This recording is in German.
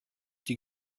die